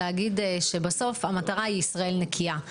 להגיד שבסוף המטרה היא ישראל נקייה.